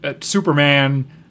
Superman